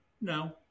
No